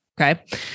Okay